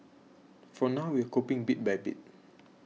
for now we're coping bit by bit